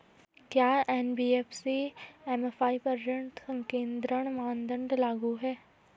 क्या NBFC MFI पर ऋण संकेन्द्रण मानदंड लागू हैं?